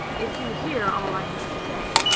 if you hear all i have to say.